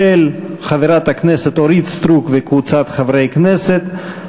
של חברת הכנסת אורית סטרוק וקבוצת חברי הכנסת.